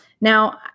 Now